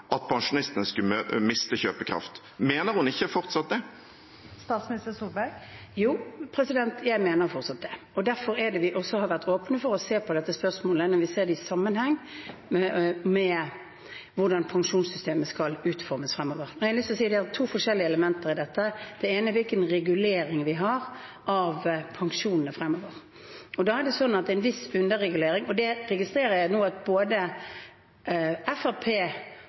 at pensjonistene skulle miste kjøpekraft. Mener hun ikke fortsatt det? Jo, jeg mener fortsatt det. Og derfor har vi også vært åpne for å se på dette spørsmålet, men vi ser det i sammenheng med hvordan pensjonssystemet skal utformes fremover. Jeg har lyst til å si at det er to forskjellige elementer i dette. Det ene er hvilken regulering vi har av pensjonene fremover. Da er det sånn at det er en viss underregulering, og det registrerer jeg nå at både